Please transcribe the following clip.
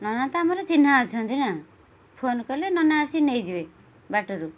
ନନା ତ ଆମର ଚିହ୍ନା ଅଛନ୍ତି ନା ଫୋନ୍ କଲେ ନନା ଆସି ନେଇଯିବେ ବାଟରୁ